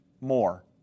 more